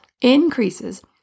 increases